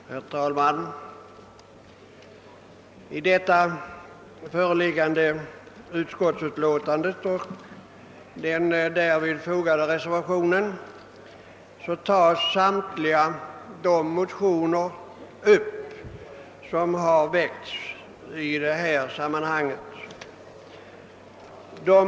Herr talman! I här föreliggande utskottsutlåtande och den därvid fogade reservationen tas samtliga de motioner upp till behandling som har väckts i detta sammanhang.